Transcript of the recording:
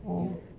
oh